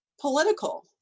political